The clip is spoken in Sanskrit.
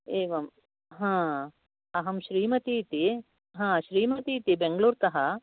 एवं अहं श्रीमति इति श्रीमति इति वैङ्गलूरुत